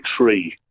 tree